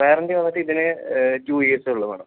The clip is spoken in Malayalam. വാറണ്ടി വന്നിട്ട് ഇതിന് ടു ഇയേർസേ ഉള്ളൂ മാഡം